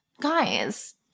guys